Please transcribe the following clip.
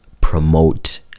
promote